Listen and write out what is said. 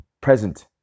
present